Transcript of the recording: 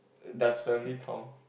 does family count